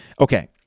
Okay